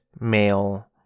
male